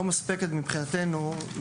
היא לא מספקת מבחינה מקצועית,